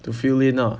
to fill in ah